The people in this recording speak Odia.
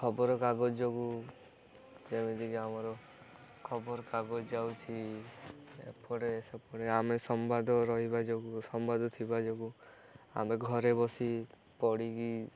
ଖବରକାଗଜ ଯୋଗୁଁ ଯେମିତିକି ଆମର ଖବରକାଗଜ ଯାଉଛି ଏପଟେ ସେପଟେ ଆମେ ସମ୍ବାଦ ରହିବା ଯୋଗୁଁ ସମ୍ବାଦ ଥିବା ଯୋଗୁଁ ଆମେ ଘରେ ବସି ପଢ଼ିକି